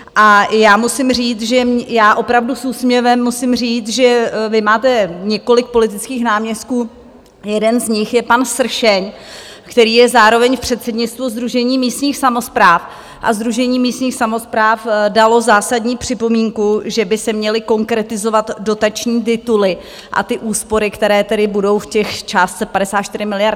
A já musím říct, že já opravdu s úsměvem musím říct, že vy máte několik politických náměstků, jeden z nich je pan Sršeň, který je zároveň v předsednictvu Sdružení místních samospráv, a Sdružení místních samospráv dalo zásadní připomínku, že by se měly konkretizovat dotační tituly a úspory, které tedy budou v té částce 54 miliard.